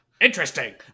interesting